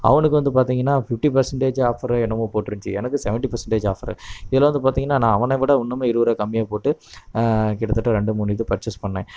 அவனுக்கு வந்து பார்த்திங்கனா ஃபிஃப்டி பர்ஜென்டேஜ் ஆஃபரோ என்னவோ போட்டிருந்திச்சி எனக்கு செவன்டி பர்ஜென்டேஜ் ஆஃபர் இதில் வந்து பார்த்திங்கனா நான் அவனை விட இன்னுமே இருபதுரூவா கம்மியாக போட்டு கிட்டத்தட்ட ரெண்டு மூணு இது பர்ச்சேஸ் பண்ணேன்